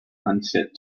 unfit